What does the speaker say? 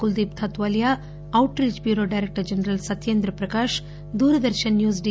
Kuldeep Dhatwalia outreach bureau director general Satyendra Prakash Doordarshan news D